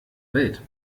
welt